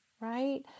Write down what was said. right